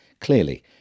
Clearly